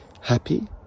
happy